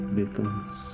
becomes